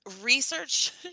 research